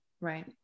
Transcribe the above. right